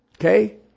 Okay